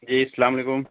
جی السلام علیکم